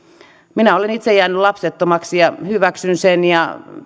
minä olen itse jäänyt lapsettomaksi ja hyväksyn sen